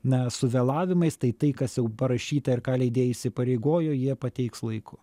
na su vėlavimais tai tai kas jau parašyta ir ką leidėjai įsipareigojo jie pateiks laiku